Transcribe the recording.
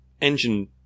engine